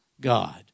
God